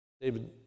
David